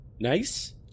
nice